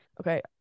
okay